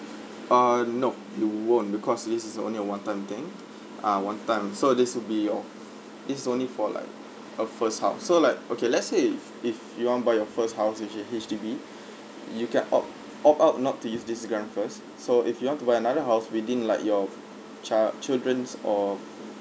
uh nop you won't because this is only a one time thing ah one time so this would be your it's only for like a first house so like okay let's say if if you wanna buy your first house which in H_D_B you can opt opt out not to use this grant first so if you want to buy another house within like your child children's or